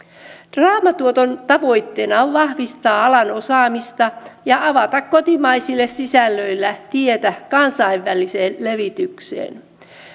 draamatuoton tavoitteena on vahvistaa alan osaamista ja avata kotimaisille sisällöille tietä kansainväliseen levitykseen